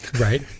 Right